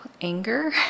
anger